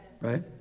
right